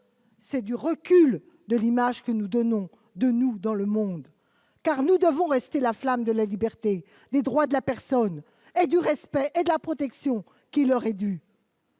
et écorne l'image que nous donnons de nous dans le monde. Nous devons rester la flamme de la liberté, des droits des personnes, du respect et de la protection qui leur sont dus.